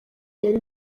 yari